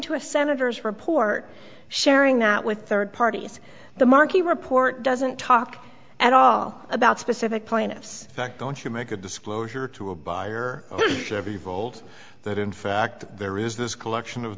to a senator's report sharing that with third parties the marquis report doesn't talk at all about specific plaintiffs that don't you make a disclosure to a buyer chevy volt that in fact there is this collection of